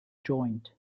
joint